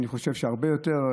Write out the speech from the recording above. ואני חושב שהרבה יותר,